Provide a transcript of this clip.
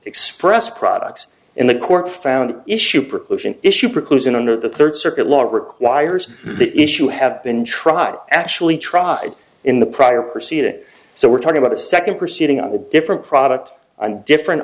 express products in the court found issue preclusion issue preclusion under the third circuit law requires the issue have been tried actually tried in the prior proceeded so we're talking about a second proceeding of a different product and different